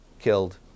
killed